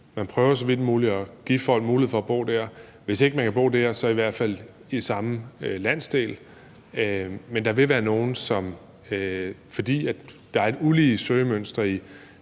Man prøver så vidt muligt at give folk mulighed for at bo der, hvor de ønsker, og hvis de ikke kan bo der, så i hvert fald i samme landsdel, men fordi der er et ulige søgemønster –